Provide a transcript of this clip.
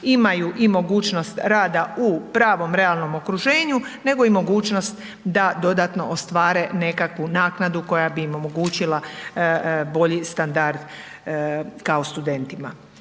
imaju i mogućnost rada u pravom realnom okruženju, nego i mogućnost da dodatno ostvare nekakvu naknadu koja bi im omogućila bolji standard kao studentima.